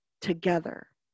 together